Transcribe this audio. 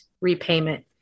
repayment